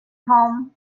home